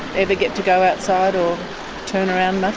ever get to go outside or turn around much?